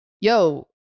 yo